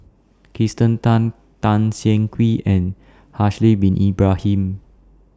Kirsten Tan Tan Siah Kwee and Haslir Bin Ibrahim